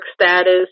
status